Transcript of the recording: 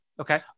Okay